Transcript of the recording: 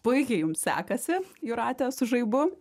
puikiai jums sekasi jūrate su žaibu